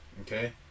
okay